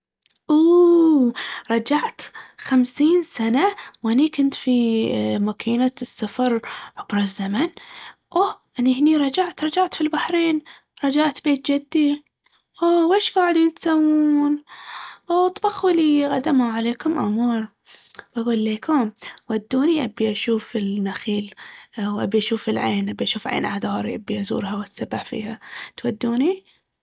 أووو رجعت خمسين سنة وأني كنت في أ- مكينة السفر عبر الزمن؟ أوه! أني هني رجعت رجعت في البحرين رجعت بيت جدي! أووه ويش قاعديت تسوون؟ أووه اطبخوا ليي غدا مع عليكم أمر. باقول ليكم، ودوني ابي اشوف النخيل وابي اشوف العين ابي اشوف عين عذاري ابي ازورها واتسبح فيها. تودوني؟